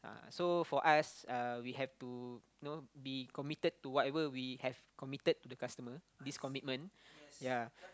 uh so for us uh we have to you know be committed to whatever we have committed to the customer this commitment ya